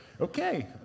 Okay